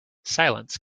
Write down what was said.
silence